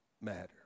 matter